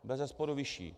Bezesporu vyšší.